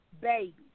baby